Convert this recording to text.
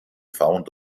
found